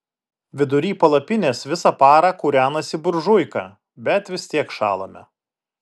vidury palapinės visą parą kūrenasi buržuika bet vis tiek šąlame